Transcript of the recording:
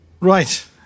Right